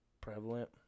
prevalent